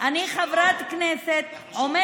חס ושלום.